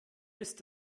ist